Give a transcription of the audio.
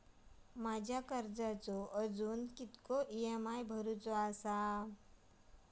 माझ्या कर्जाचो अजून किती ई.एम.आय भरूचो असा?